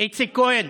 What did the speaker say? איציק כהן.